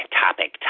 topic